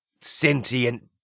sentient